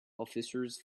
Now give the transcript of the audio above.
officers